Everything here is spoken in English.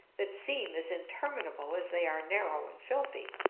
that seem as interminable as they are narrow and filthy.